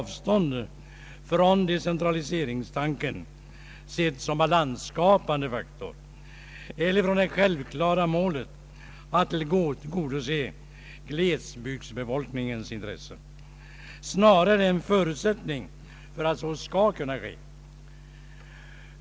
regionalpolitiken avstånd från decentraliseringstanken — sedd som balansskapande faktor — eller från det självklara målet att tillgodose glesbygdsbefolkningens intressen. Snarare är det en förutsättning för att så skall kunna ske.